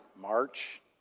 March